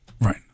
Right